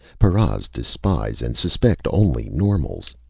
paras despise and suspect only normals.